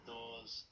doors